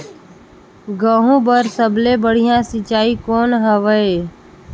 गहूं बर सबले बढ़िया सिंचाई कौन हवय?